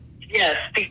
yes